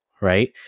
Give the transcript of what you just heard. right